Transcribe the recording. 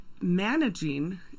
managing